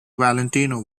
valentino